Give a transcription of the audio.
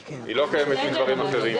לא מדברים אחרים.